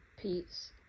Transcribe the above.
Peace